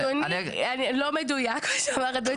אדוני, לא מדויק מה שאמר אדוני.